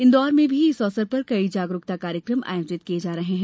इंदौर में भी इस अवसर पर कई जागरूकता कार्यक्रम आयोजित किये जा रहे हैं